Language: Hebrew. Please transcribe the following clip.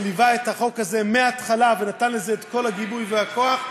שליווה את החוק הזה מההתחלה ונתן לזה את כל הגיבוי והכוח.